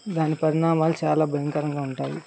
దాని పరిణామాలు చాలా భయంకరంగా ఉంటాయి